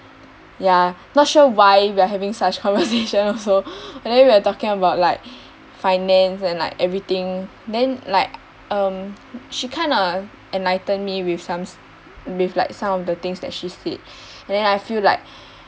ya not sure why we are having such conversation also but then we are talking about like finance and like everything then like um she kinda enlightened me with some with like some of the things that she said and then I feel like